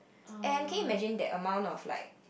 and can you imagine that amount of like